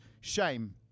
shame